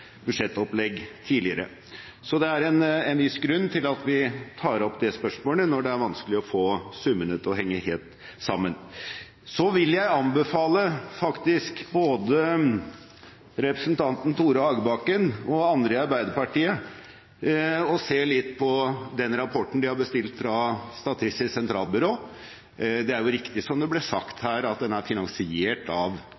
budsjettopplegg tidligere. Så det er en viss grunn til at vi tar opp det spørsmålet når det er vanskelig å få summene til å henge helt sammen. Så vil jeg anbefale både representanten Tore Hagebakken og andre i Arbeiderpartiet å se litt på den rapporten de har bestilt fra Statistisk sentralbyrå. Det er jo riktig som det ble sagt